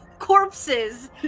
Corpses